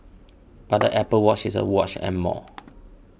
but the Apple Watch is a watch and more